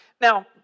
Now